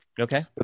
Okay